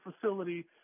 facility